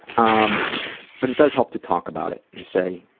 um but it does help to talk about it and say,